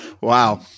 wow